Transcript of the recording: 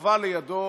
שכבה לידו